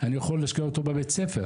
אני יכול להשקיע בבית הספר.